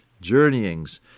Journeyings